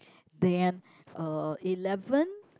then uh eleven